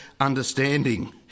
understanding